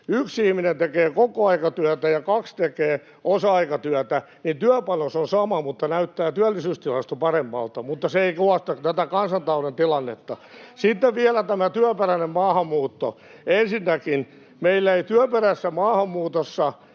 yksi ihminen tekee kokoaikatyötä ja kaksi tekee osa-aikatyötä, niin työpanos on sama mutta työllisyystilasto näyttää paremmalta. Mutta se ei kuvasta tätä kansantalouden tilannetta. Sitten vielä tämä työperäinen maahanmuutto. Ensinnäkin, meillä ei työperäisessä maahanmuutossa